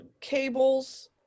cables